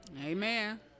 Amen